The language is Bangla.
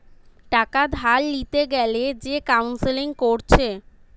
টাকা ধার লিতে গ্যালে যে কাউন্সেলিং কোরছে